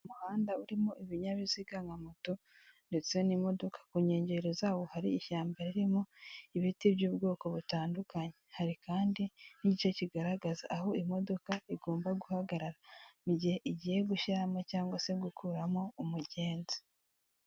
Umuhanda urimo ibinyabiziga nka moto ndetse n'imodoka, ku nkengero zawo hari ishyamba ririmo ibiti by'ubwoko butandukanye, hari kandi n'igice kigaragaza aho imodoka igomba guhagarara igihe igiye gushyiramo cywangwa se gukuramo umugenzi.